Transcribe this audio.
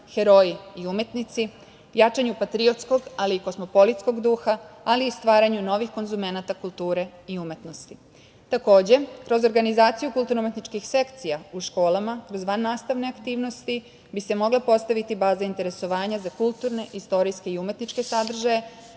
heroji i umetnici, jačanju patriotskog, ali i kosmopolitskog duha, ali i stvaranju novih konzumenata kulture i umetnosti. Takođe, kroz organizaciju kulturno-umetničkih sekcija u školama uz vannastavne aktivnosti bi se mogla postaviti baza interesovanja za kulturne, istorijske i umetničke sadržaje,